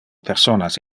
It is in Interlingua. personas